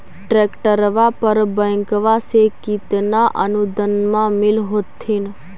ट्रैक्टरबा पर बैंकबा से कितना अनुदन्मा मिल होत्थिन?